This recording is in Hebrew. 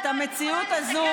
את המציאות הזו,